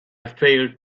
failed